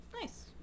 Nice